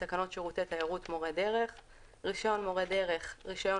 כהגדרתו בתקנות שירותי תיירות (מורי דרך); "רישיון מורה דרך" רישיון